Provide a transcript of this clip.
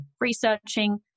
researching